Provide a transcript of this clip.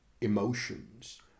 emotions